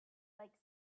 like